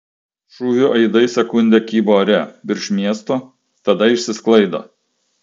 šūvių aidai sekundę kybo ore virš miesto tada išsisklaido